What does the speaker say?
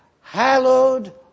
hallowed